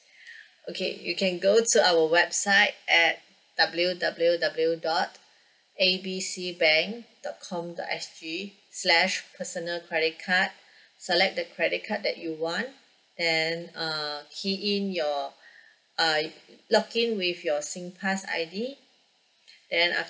okay you can go to our website at W_W_W dot A B C bank dot com dot S_G slash personal credit card select the credit card that you want then uh key in your uh log in with your SingPass I_D and then after